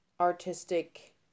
artistic